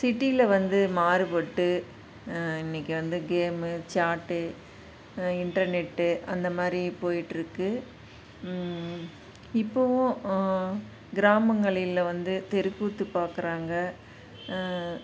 சிட்டியில் வந்து மாறுபட்டு இன்றைக்கி வந்து கேம்மு சாட்டு இன்டர்நெட்டு அந்த மாதிரி போயிகிட்டுருக்கு இப்போவும் கிராமங்களில் வந்து தெருக்கூத்து பார்க்குறாங்க